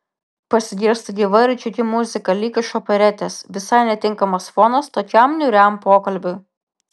pasigirsta gyva ir džiugi muzika lyg iš operetės visai netinkamas fonas tokiam niūriam pokalbiui